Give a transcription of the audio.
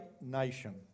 nation